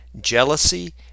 jealousy